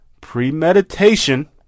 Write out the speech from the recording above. premeditation